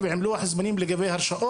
ולצערי הרב